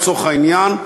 לצורך העניין,